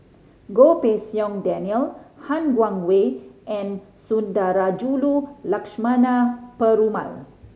Goh Pei Siong Daniel Han Guangwei and Sundarajulu Lakshmana Perumal